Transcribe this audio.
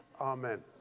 Amen